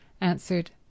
answered